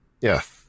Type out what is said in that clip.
Yes